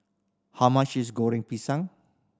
how much is Goreng Pisang